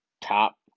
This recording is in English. top